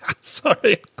Sorry